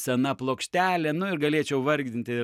sena plokštelė nu ir galėčiau varkdinti